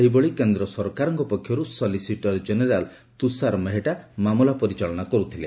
ସେହିଭଳି କେନ୍ଦ୍ର ସରକାରଙ୍କ ପକ୍ଷରୁ ସଲିସିଟର ଜେନେରାଲ୍ ତୂଷାର ମେହେଟା ମାମଲା ପରିଚାଳନା କର୍ବଥିଲେ